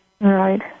Right